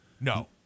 No